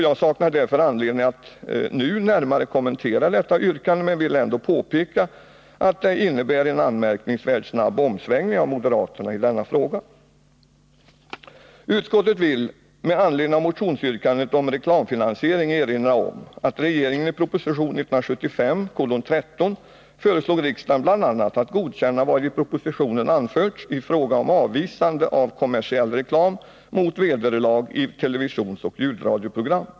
Jag saknar därför anledning att nu närmare kommentera detta yrkande men vill ändå påpeka att det innebär en anmärkningsvärt snabb omsvängning från moderaternas sida i denna fråga. Utskottet vill med anledning av motionsyrkandet om reklamfinansiering erinra om att regeringen i proposition 1975:13 föreslog riksdagen bl.a. att godkänna vad i propositionen anförts i fråga om avvisande av kommersiell reklam mot vederlag i televisionsoch ljudradioprogram.